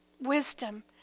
wisdom